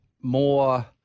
more